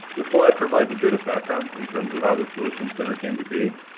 this slide provides a bit of background in terms of how the solutions center came to be.